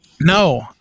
No